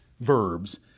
verbs